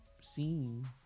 scene